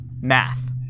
math